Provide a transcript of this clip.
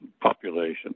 population